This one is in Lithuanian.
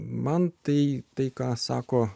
man tai tai ką sako